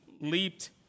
leaped